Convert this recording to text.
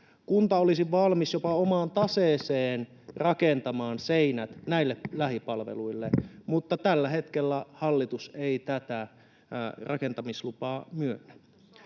Kunta olisi valmis jopa omaan taseeseen rakentamaan seinät näille lähipalveluille, mutta tällä hetkellä hallitus ei tätä rakentamislupaa myönnä.